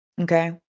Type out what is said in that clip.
Okay